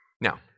Now